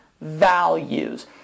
values